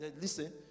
listen